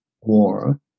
war